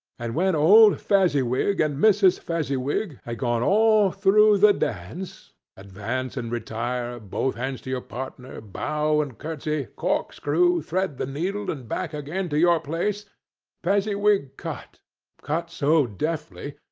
and when old fezziwig and mrs. fezziwig had gone all through the dance advance and retire, both hands to your partner, bow and curtsey, corkscrew, thread-the-needle, and back again to your place fezziwig cut cut so deftly,